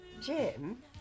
Jim